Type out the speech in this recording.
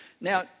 Now